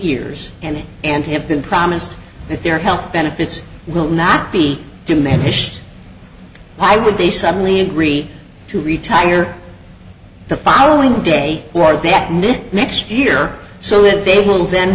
years and and have been promised that their health benefits will not be diminished why would they suddenly agree to retire the following day or bet new next year so that they will then